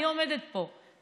אני עובדת פה,